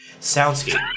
soundscape